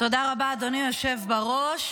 מה לעשות אם הרשימה ארוכה?